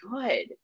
good